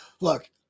Look